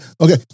okay